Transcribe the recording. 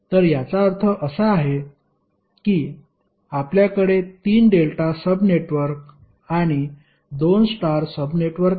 तर याचा अर्थ असा आहे की आपल्याकडे 3 डेल्टा सब नेटवर्क आणि 2 स्टार सब नेटवर्क आहेत